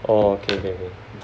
orh okay okay